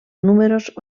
números